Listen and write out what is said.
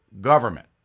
government